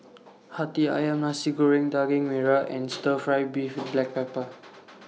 Hati Ayam Masi Goreng Daging Merah and Stir Fry Beef with Black Pepper